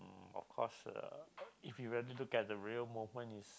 of course uh if you really look at the real moment is